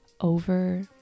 over